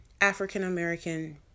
African-American